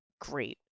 great